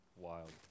wild